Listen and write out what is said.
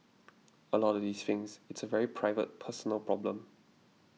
a lot of these things it's a very private personal problem